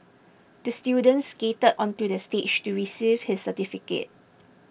the student skated onto the stage to receive his certificate